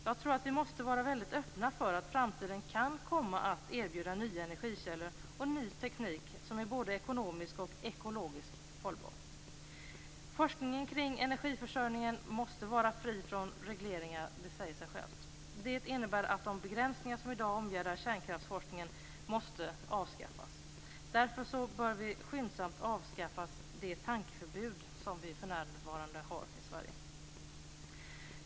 Jag tror att vi måste vara väldigt öppna för att framtiden kan komma att erbjuda nya energikällor och ny teknik som är både ekonomiskt och ekologiskt hållbar. Det säger sig självt att forskningen kring energiförsörjningen måste vara fri från regleringar. Det innebär att de begränsningar som i dag omgärdar kärnkraftsforskningen måste avskaffas. Därför bör vi skyndsamt avskaffa det tankförbud som vi för närvarande har i Sverige.